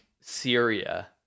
Syria